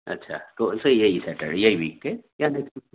اچھا تو یہی سیٹرڈے یہی ویک ہے یا نیکسٹ